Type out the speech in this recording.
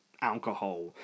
alcohol